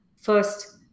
First